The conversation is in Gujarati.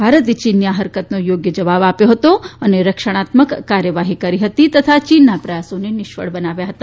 ભારતે ચીનની આ હરકતનો યોગ્ય જવાબ આપ્યો હતો અને રણક્ષાત્મક કાર્યવાહી કરી હતી તથા યીનના પ્રયાસોને નિષ્ફળ બનાવ્યા હતા